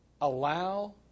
allow